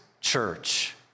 church